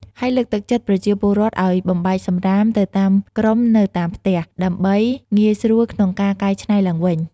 ហើយលើកទឹកចិត្តប្រជាពលរដ្ឋឱ្យបំបែកសំរាមទៅតាមក្រុមនៅតាមផ្ទះ ដើម្បីងាយស្រួលក្នុងការកែច្នៃឡើងវិញ។